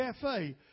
Cafe